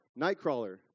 Nightcrawler